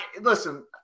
listen